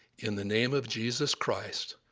in the name of jesus christ,